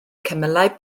cymylau